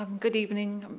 um good evening,